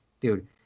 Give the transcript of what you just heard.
dude